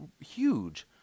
huge